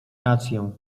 rację